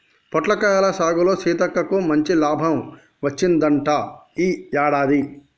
పొట్లకాయల సాగులో సీతక్కకు మంచి లాభం వచ్చిందంట ఈ యాడాది